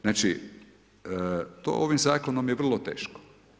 Znači to ovim zakonom je vrlo teško.